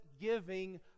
giving